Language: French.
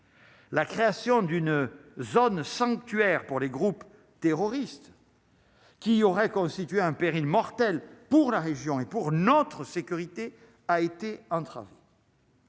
la création d'une zone sanctuaire pour les groupes terroristes qui aurait constitué un péril mortel pour la région et pour notre sécurité, a été entre.